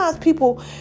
people